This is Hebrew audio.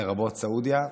לרבות סעודיה,